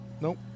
Nope